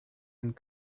and